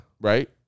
Right